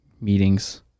meetings